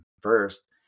first